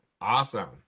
Awesome